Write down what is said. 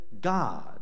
God